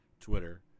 Twitter